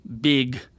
big